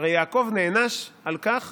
הרי יעקב נענש על כך